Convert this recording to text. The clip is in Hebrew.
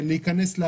להיכנס?